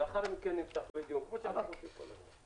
לאחר מכן נפתח בדיון, כמו שאנחנו עושים כל הזמן.